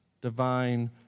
divine